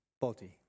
body